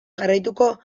jarraituko